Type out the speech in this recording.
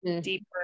deeper